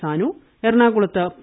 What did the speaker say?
സാനു എറണാകുളത്ത് പി